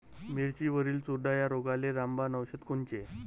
मिरचीवरील चुरडा या रोगाले रामबाण औषध कोनचे?